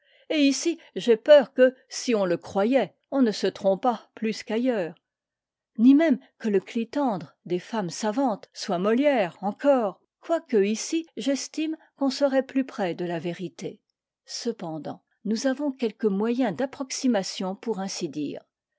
et ici j'ai peur que si on le croyait on ne se trompât plus qu'ailleurs ni même que le clitandre des femmes savantes soit molière encore quoique ici j'estime qu'on serait plus près de la vérité cependant nous avons quelque moyen d'approximation pour ainsi dire